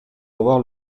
avoir